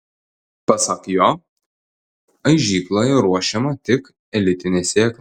pasak jo aižykloje ruošiama tik elitinė sėkla